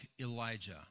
Elijah